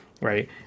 right